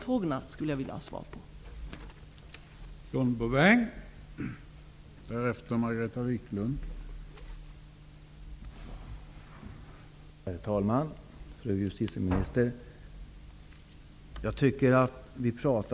Jag skulle vilja ha svar på de frågorna.